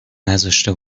نذاشته